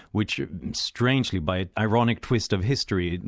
which strangely, by an ironic twist of history,